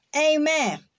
Amen